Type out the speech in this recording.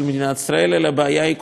אלא הבעיה היא קודם כול שלהם.